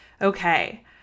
Okay